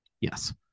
Yes